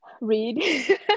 read